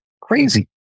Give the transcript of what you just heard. crazy